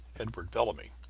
edward bellamy,